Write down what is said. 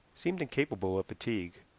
seemed incapable of fatigue.